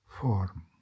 form